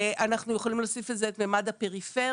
אנחנו יכולים להוסיף על זה את ממד הפריפריה.